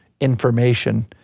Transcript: information